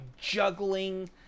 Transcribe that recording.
juggling